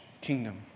kingdom